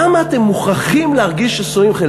למה אתם מוכרחים להרגיש ששונאים אתכם?